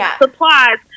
supplies